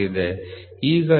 ಈಗ ಇದು 40